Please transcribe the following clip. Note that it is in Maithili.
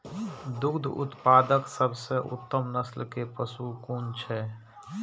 दुग्ध उत्पादक सबसे उत्तम नस्ल के पशु कुन छै?